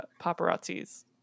paparazzis